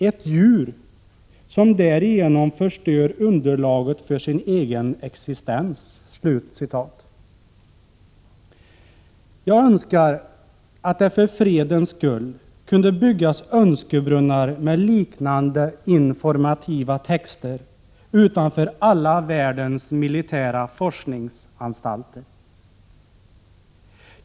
Ett djur som därigenom förstör underlaget för sin egen existens.” Jag önskar att det för fredens skull kunde byggas önskebrunnar med liknande informativa texter utanför alla världens militära forskningsanstalter.